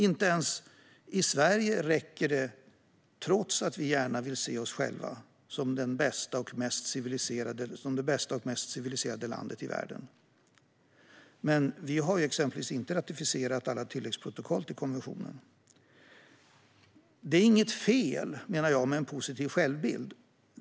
Inte ens i Sverige räcker det, trots att vi gärna vill se vårt land som det bästa och mest civiliserade landet i världen. Men vi har exempelvis inte ratificerat alla tilläggsprotokoll till konventionen. Det är inget fel att ha en positiv självbild.